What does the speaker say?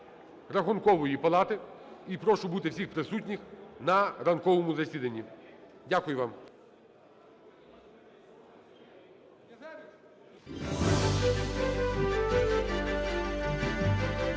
Рахункової палати, і прошу бути всіх присутніми на ранковому засіданні. Дякую вам.